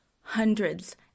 hundreds